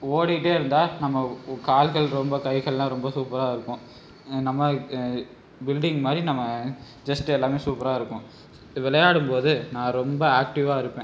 ஓடிக்கிட்டே இருந்தால் நம்ம கால்கள் ரொம்ப கைகள்லாம் ரொம்ப சூப்பராக இருக்கும் நம்ம பில்டிங் மாதிரி நம்ம செஸ்ட் எல்லாமே சூப்பராக இருக்கும் விளையாடும்போது நான் ரொம்ப ஆக்ட்டிவாக இருப்பேன்